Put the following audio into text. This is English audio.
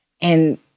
And-